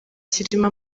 kirimo